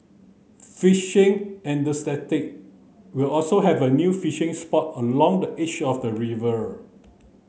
fishing will also have a new fishing spot along the edge of the